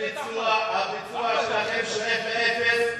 אין ביצוע, הביצוע שלכם שואף לאפס.